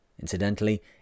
Incidentally